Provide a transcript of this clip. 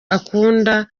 akunda